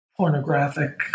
pornographic